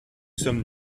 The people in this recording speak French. sommes